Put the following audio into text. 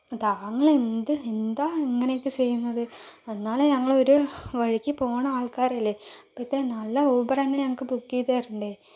താങ്കൾ എന്ത് എന്താ അങ്ങനെയൊക്കെ ചെയ്യുന്നത് അന്നാലെ ഞങ്ങളൊരു വഴിയ്ക്ക് പോകുന്ന ആൾക്കാരല്ലെ അപ്പോൾ ഇത്ര നല്ല ഊബർ തന്നെ ഞങ്ങൾക്ക് ബുക്ക് ചെയ്തു തരണ്ടെ